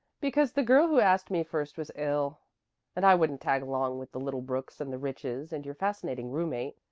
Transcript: because the girl who asked me first was ill and i wouldn't tag along with the little brooks and the riches and your fascinating roommate.